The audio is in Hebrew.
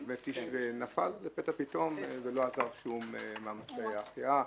זה נפל לפתע פתאום ולא עזרו כל מאמצי ההחייאה,